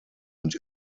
und